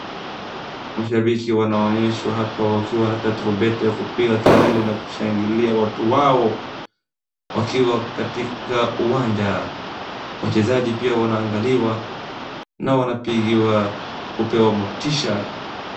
Mashambiki wanaonyeshwa hapa wakiwa na tarubeta ya kupiga kelele na kushangilia watu wao wakiwa katika uwanja. Wachezaji pia wanaagaliwa na pia wanapigiwa kupewa motisha.